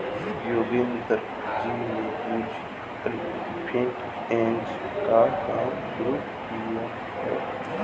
योगेंद्र जी ने mutual fund agent का काम शुरू किया है